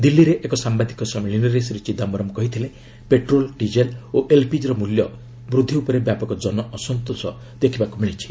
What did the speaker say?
ଦିଲ୍ଲୀରେ ଏକ ସାମ୍ଭାଦିକ ସମ୍ମିଳନୀରେ ଶ୍ରୀ ଚିଦାୟରମ୍ କହିଥିଲେ ପେଟ୍ରୋଲ ଡିକେଲ୍ ଓ ଏଲ୍ପିକି ର ମୂଲ୍ୟ ବୁଦ୍ଧି ଉପରେ ବ୍ୟାପକ ଜନ ଅସନ୍ତୋଷ ଦେଖିବାକୁ ମିଳିଛି